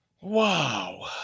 Wow